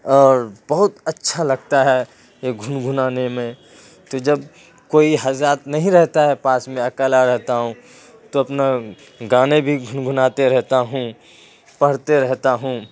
اور بہت اچھا لگتا ہے یہ گنگنانے میں تو جب کوئی حضرات نہیں رہتا ہے پاس میں اکیلا رہتا ہوں تو اپنا گانے بھی گنگناتے رہتا ہوں پڑھتے رہتا ہوں